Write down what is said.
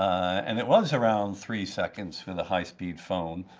and it was around three seconds for the high speed phone.